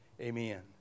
Amen